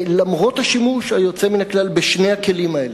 למרות השימוש היוצא מן הכלל בשני הכלים האלה,